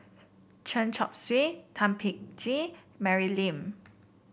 Chen Chong Swee Thum Ping Tjin Mary Lim